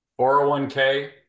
401k